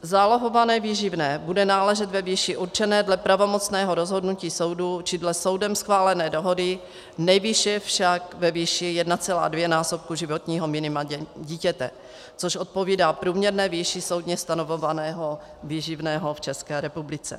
Zálohované výživné bude náležet ve výši určené dle pravomocného rozhodnutí soudu či dle soudem schválené dohody, nejvýše však ve výši 1,2násobku životního minima dítěte, což odpovídá průměrné výši soudně stanovovaného výživného v České republice.